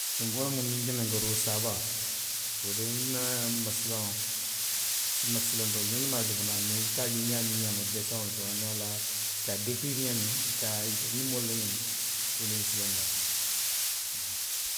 Wo lemu ninkinankoo wo saa baa wo de nna la masilaŋo, masilaŋo nnene maŋ a je fanaŋ. Bari nka je ňaamiŋ ňaama deeseŋolu to. aniŋ a la, i ka a dekiriiri ňaamiŋ, i ka a yitandi moolu la ňaamiŋ, wo le ye nsilanndi a la, haa